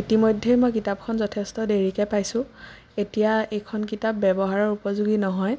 ইতিমধ্যেই মই কিতাপখন যথেষ্ট দেৰিকৈ পাইছোঁ এতিয়া এইখন কিতাপ ব্যৱহাৰৰ উপযোগী নহয়